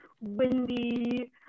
windy